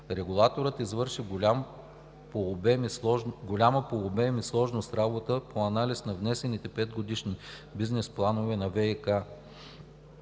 Регулаторът извърши голяма по обем и сложност работа по анализ на внесените 5 годишни бизнес планове на ВиК